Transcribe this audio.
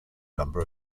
number